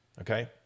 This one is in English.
okay